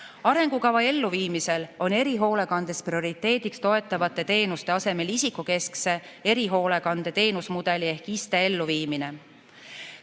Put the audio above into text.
Arengukava elluviimisel on erihoolekandes prioriteediks toetavate teenuste asemel isikukeskse erihoolekande teenusmudeli ehk ISTE elluviimine.